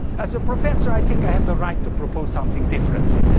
as a professor, i think i have the right to propose something differently.